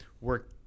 work